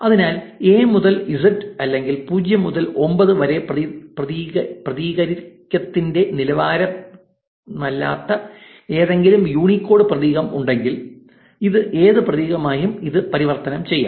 അതിനാൽ എ മുതൽ ഇസഡ് അല്ലെങ്കിൽ 0 മുതൽ 9 വരെ പ്രതീകത്തിന്റെ നിലവാരമല്ലാത്ത ഏതെങ്കിലും യൂണിക്കോഡ് പ്രതീകം ഉണ്ടെങ്കിൽ ഇത് ഏത് പ്രതീകമായാലും അത് പരിവർത്തനം ചെയ്യും